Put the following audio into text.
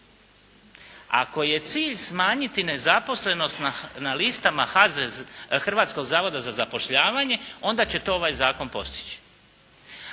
Ako je cilj smanjiti nezaposlenost na listama Hrvatskog zavoda za zapošljavanje, onda će to ovaj zakon postići.